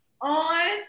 on